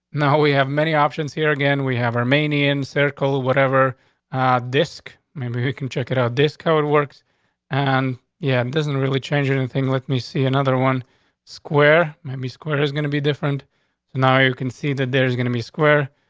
now we have many options here again. we have romanian circle. whatever disk. maybe you can check it out. this coward works and yeah, it doesn't really change anything. let me see another one square. maybe square is gonna be different now you can see that there's gonna be square.